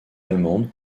allemande